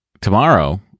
Tomorrow